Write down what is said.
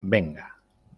venga